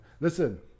Listen